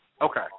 Okay